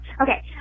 okay